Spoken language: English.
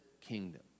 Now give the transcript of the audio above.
kingdom